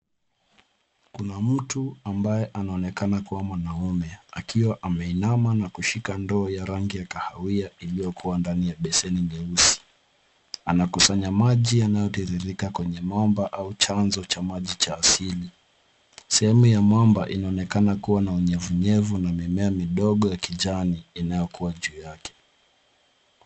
Kuna mtu ambaye anaonekana kuwa mwanaume akiwa ameinama na kushika ndoo ya rangi ya kahawia iliyokuwa ndani ya beseni nyeusi. Anakusanya maji yanayotiririka kwenye mwamba au chanzo cha maji cha asili. Sehemu ya mwamba inaonekana kuwa na unyevunyevu na mimea midogo ya kijani inayokua juu yake.